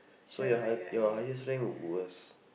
so your high your highest rank was